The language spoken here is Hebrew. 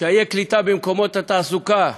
קשיי קליטה במקומות התעסוקה,